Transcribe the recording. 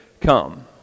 come